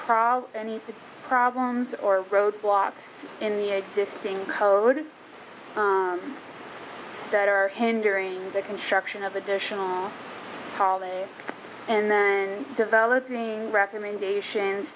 potential any problems or roadblocks in the existing code that are hindering the construction of additional holiday and then developing recommendations